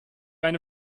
eine